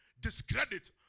discredit